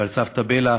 ועל סבתא בלה,